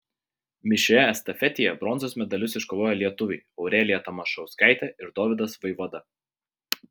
mišrioje estafetėje bronzos medalius iškovojo lietuviai aurelija tamašauskaitė ir dovydas vaivada